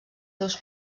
seus